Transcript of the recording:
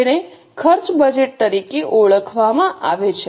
જેને ખર્ચ બજેટ તરીકે ઓળખવામાં આવે છે